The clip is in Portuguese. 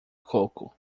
coco